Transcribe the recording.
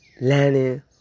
learning